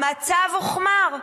המצב הוחמר.